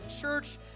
church